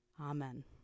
Amen